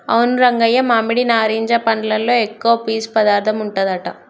అవును రంగయ్య మామిడి నారింజ పండ్లలో ఎక్కువ పీసు పదార్థం ఉంటదట